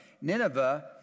Nineveh